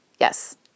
Yes